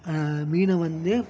மீனை வந்து